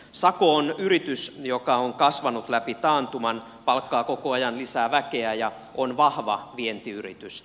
sako on yritys joka on kasvanut läpi taantuman palkkaa koko ajan lisää väkeä ja on vahva vientiyritys